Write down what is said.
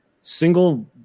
single